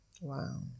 wow